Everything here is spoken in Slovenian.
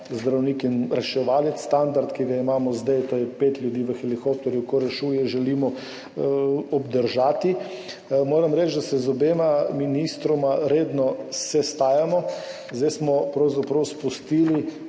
zdravnik in reševalec. Standard, ki ga imamo zdaj, to je pet ljudi v helikopterju, ko rešuje, želimo obdržati. Moram reči, da se z obema ministroma redno sestajamo. Zdaj smo pravzaprav spustili,